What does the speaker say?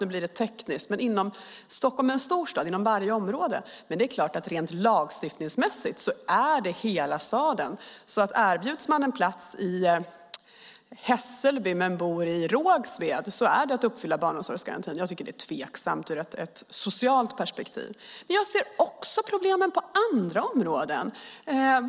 Nu blir det tekniskt, men Stockholm är en stor stad, och vi tolkade det som att det gäller inom varje område. Det är klart att det rent lagstiftningsmässigt dock är hela staden, så om man erbjuder en plats i Hässelby till den som bor i Rågsved är det att uppfylla barnomsorgsgarantin. Jag tycker att det är tveksamt ur ett socialt perspektiv. Jag ser också problemen på andra områden.